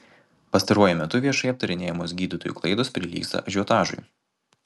pastaruoju metu viešai aptarinėjamos gydytojų klaidos prilygsta ažiotažui